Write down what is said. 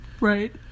Right